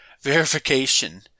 verification